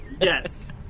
Yes